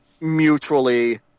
mutually